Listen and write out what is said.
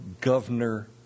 governor